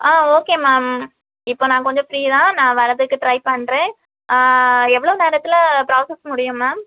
ஆ okay ma'am இப்போது நான் கொஞ்சம் ஃபிரீ தான் நான் வர்றதுக்கு ட்ரை பண்ணுறேன் ஆ எவ்வளோ நேரத்தில் ப்ராசஸ் முடியும் மேம்